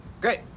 Great